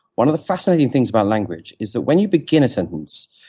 one of the fascinating things about language is that when you begin a sentence,